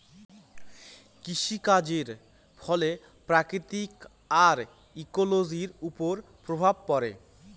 কৃষিকাজের ফলে প্রকৃতি আর ইকোলোজির ওপর প্রভাব পড়ে